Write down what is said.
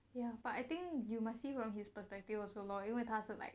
ya but I think you must see from his perspective also lor 因为他是 like